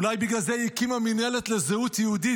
אולי בגלל זה היא הקימה מינהלת לזהות יהודית,